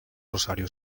rosario